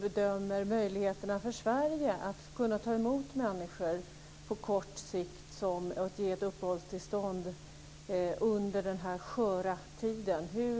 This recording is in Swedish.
Sverige att på kort sikt ta emot människor och att ge uppehållstillstånd under den här "sköra" tiden?